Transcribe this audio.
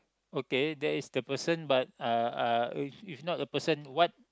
okay that is the person but uh uh if if not the person what